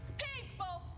people